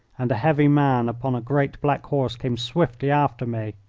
and a heavy man upon a great black horse came swiftly after me.